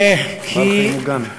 בעל-חיים מוגן?